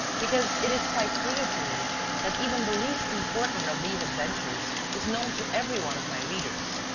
because it is quite clear to me that even the least important of these adventures is known to every one of my readers.